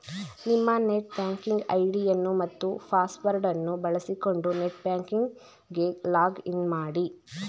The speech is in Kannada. ನಿಮ್ಮ ನೆಟ್ ಬ್ಯಾಂಕಿಂಗ್ ಐಡಿಯನ್ನು ಮತ್ತು ಪಾಸ್ವರ್ಡ್ ಅನ್ನು ಬಳಸಿಕೊಂಡು ನೆಟ್ ಬ್ಯಾಂಕಿಂಗ್ ಗೆ ಲಾಗ್ ಇನ್ ಮಾಡಿ